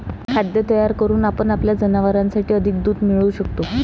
खाद्य तयार करून आपण आपल्या जनावरांसाठी अधिक दूध मिळवू शकतो